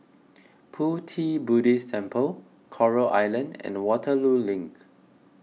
Pu Ti Buddhist Temple Coral Island and Waterloo Link